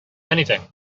anything